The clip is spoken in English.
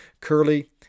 curly